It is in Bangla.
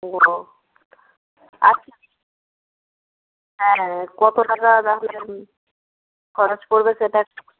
ও আচ্ছা হ্যাঁ কত টাকা তাহলে খরচ পড়বে সেটা একটু